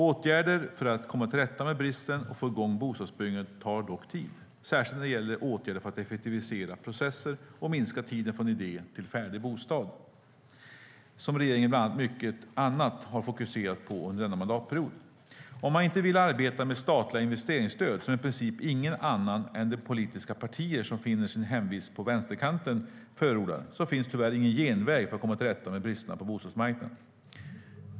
Åtgärder för att komma till rätta med bristen och få i gång bostadsbyggandet tar dock tid, särskilt när det gäller åtgärder för att effektivisera processer och minska tiden från idé till färdig bostad, som regeringen bland mycket annat har fokuserat på under denna mandatperiod. Om man inte vill arbeta med statliga investeringsstöd, som i princip ingen annan än de politiska partier som finner sin hemvist på vänsterkanten förordar, finns tyvärr ingen genväg för att komma till rätta med bristerna på bostadsmarknaden.